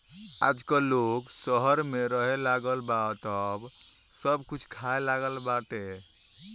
आजकल लोग शहर में रहेलागल बा तअ सब कुछ खाए लागल बाटे